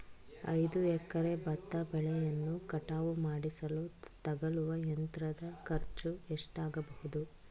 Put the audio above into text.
ಐದು ಎಕರೆ ಭತ್ತ ಬೆಳೆಯನ್ನು ಕಟಾವು ಮಾಡಿಸಲು ತಗಲುವ ಯಂತ್ರದ ಖರ್ಚು ಎಷ್ಟಾಗಬಹುದು?